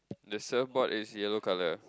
the soft board is yellow colour